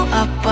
up